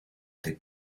des